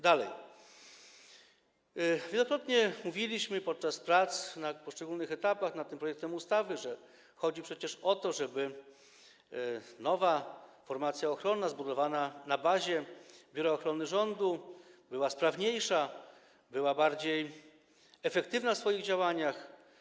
Dalej, wielokrotnie mówiliśmy podczas prac na poszczególnych etapach nad tym projektem ustawy, że chodzi przecież o to, żeby nowa formacja ochronna zbudowana na bazie Biura Ochrony Rządu była sprawniejsza, była bardziej efektywna w swoich działaniach.